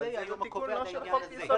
וזה יהיה היום הקובע לעניין הזה.